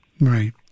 Right